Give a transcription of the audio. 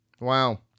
Wow